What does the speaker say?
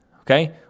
okay